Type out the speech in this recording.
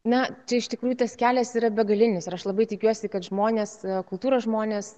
na čia iš tikrųjų tas kelias yra begalinis ir aš labai tikiuosi kad žmonės kultūros žmonės